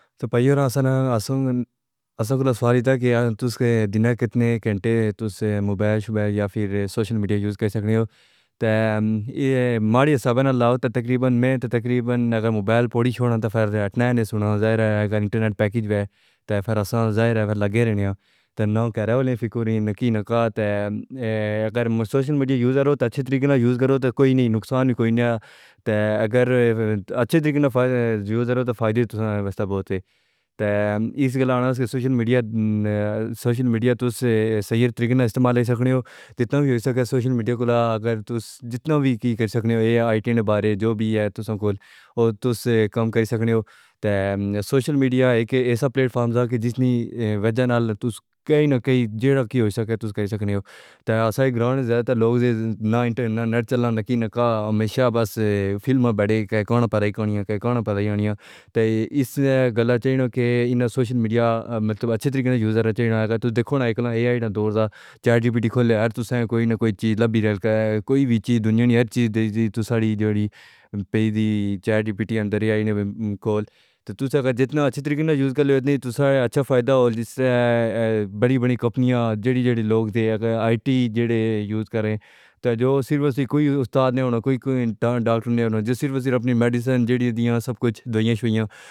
تے پائی اساں کول سوال کیتا کہ توس دنہ کیتنے غانٹے تس موبائل شبائل یا پھر سوسیال میڈیا یوس کیسکنی ہو تے یے ماڈی حساب نے لاؤ تے تقریبا میں تے تقریبا اگر موبائل پوردی چھوڑا تے پھر یوس ظاہر ہے اگر انٹرنیٹ پیکیج وے تے پھر اساں ظاہر ہے لگے رہنا تے نہ گراں والے فکر نہ کی نہ کات تے ائے اگر سوسیال میڈیا یوس کرو تے اچھے طریقے نال یوس کرو تے کوئی نئی نقصاں کوئی نئی تے اگر اچھے طریقے نال فائدے یوس کرو تو فائدے بہت ہیں تے اس گاللاں سوسیال میڈیا سوسیال میڈیا توس سہی طریقے نال استیمال کرسکھنے ہو تے سوسیال میڈیا کول اگر توس جتنا وی کی کارسکھنے ہو ایے ائی ٹی نے بارے جو بھی ہے توساں کول اور توس کام کرسکنے ہو تے سوسیال میڈیا ایک ایسا پلاتفوم کی جتنی وجا نال توس کائیں نہ کائیں جیڈا کی حسکہ توس کرسکنے ہو تے اساں ایک گراں تے لوگ نہ نیٹ چالنا نہ کی نہ کا ہیمیشا بس پھر ما بڈے کہ کے کوں پرے کوئی نئی کہ کے کون پرے کوئی نئی تے اس گاللان چے نا کے اننا سوسیال میڈیا مطلب اچھے طریقے نال یوس توس دیکھو نہ ایے آی نا دور دا چیٹ جی پی ٹی کھوللا توساں کوئی نہ کوئی چھیز لب ہی کوئی وی چھیز دنیا نے ہر چھیز توس سڈھی پئے دی چیٹ جی پی ٹی ایے آئی کھول تے توس اگر جتنا اچھے طریقے نال یوس کارلو اتنی توساں اچھا فائدہ ہو جسسے بڈھی بڈھی قمپانیاں جیڈے جیڈے لوگ تے آئی ٹی جیڈے یوس کرے تے جو کوئی استاد کوئی ڈوکٹر جیسی لب دے میڈیسیں جیڈی دیاں سب کچ دیوائیاں شیوائیاں۔